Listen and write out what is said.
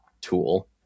tool